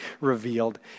revealed